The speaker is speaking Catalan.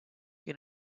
que